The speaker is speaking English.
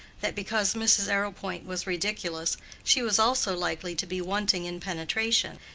that because mrs. arrowpoint was ridiculous she was also likely to be wanting in penetration,